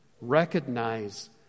recognize